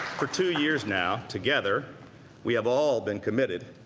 for two years now together we have all been committed,